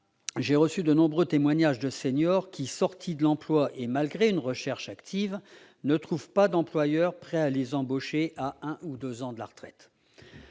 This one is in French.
j'ai reçu de nombreux témoignages de seniors, qui, sortis de l'emploi et malgré une recherche active, ne trouvent pas d'employeurs prêts à les embaucher à un ou deux ans de la retraite.